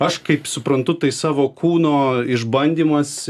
aš kaip suprantu tai savo kūno išbandymas